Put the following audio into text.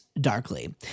darkly